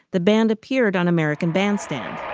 the band appeared on american bandstand.